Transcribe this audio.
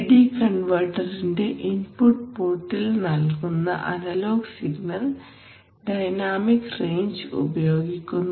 AD കൺവെർട്ടറിന്റെ input പോർട്ടിൽ നൽകുന്ന അനലോഗ് സിഗ്നൽ ഡൈനാമിക് റേഞ്ച് ഉപയോഗിക്കുന്നു